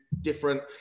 different